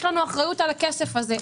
יש לנו אחריות על הכסף הזה.